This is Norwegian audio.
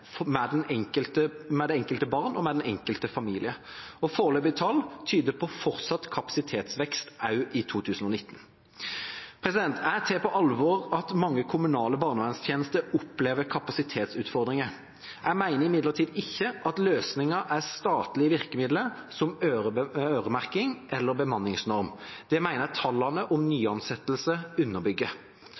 med det enkelte barn og den enkelte familie. Foreløpige tall tyder på fortsatt kapasitetsvekst også i 2019. Jeg tar på alvor at mange kommunale barnevernstjenester opplever kapasitetsutfordringer. Jeg mener imidlertid ikke at løsningen er statlige virkemidler som øremerking eller bemanningsnorm – det mener jeg tallene om